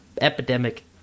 epidemic